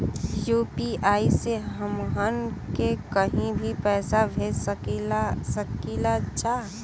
UPI से हमहन के कहीं भी पैसा भेज सकीला जा?